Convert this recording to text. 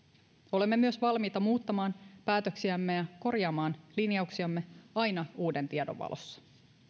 olemme myös valmiita muuttamaan päätöksiämme ja korjaamaan linjauksiamme aina uuden tiedon valossa